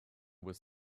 was